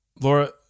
Laura